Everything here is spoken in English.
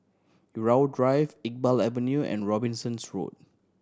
Irau Drive Iqbal Avenue and Robinson's Road